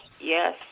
yes